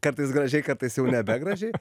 kartais gražiai kartais jau nebegražiai